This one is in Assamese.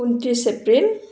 ঊনত্ৰিছ এপ্ৰিল